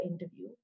interview